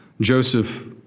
Joseph